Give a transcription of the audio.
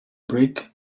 brick